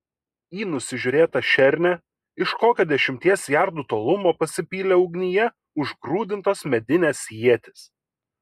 į nusižiūrėtą šernę iš kokio dešimties jardų tolumo pasipylė ugnyje užgrūdintos medinės ietys